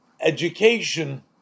Education